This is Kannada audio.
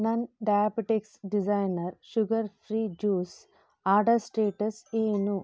ನನ್ನ diabetics designer sugar free juice order status ಏನು